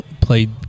played